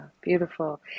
Beautiful